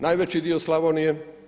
Najveći dio Slavonije.